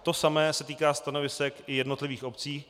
To samé se týká stanovisek i jednotlivých obcí.